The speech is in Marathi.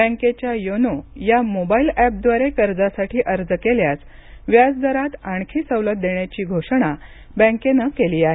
बँकैच्या योनो या मोबाइल ऍपद्वारे कर्जासाठी अर्ज केल्यास व्याजदरात आणखी सवलत देण्याची घोषणा बँकेनं केली आहे